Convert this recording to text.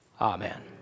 Amen